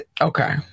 Okay